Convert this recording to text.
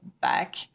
back